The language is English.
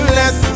less